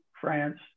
France